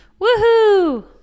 Woohoo